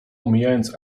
omijając